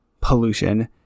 pollution